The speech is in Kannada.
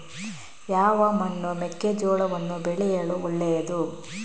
ಯಾವ ಮಣ್ಣು ಮೆಕ್ಕೆಜೋಳವನ್ನು ಬೆಳೆಯಲು ಒಳ್ಳೆಯದು?